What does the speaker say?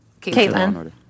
Caitlin